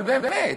אבל באמת,